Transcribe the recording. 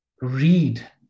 read